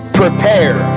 prepare